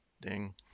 Ding